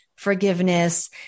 forgiveness